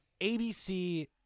ABC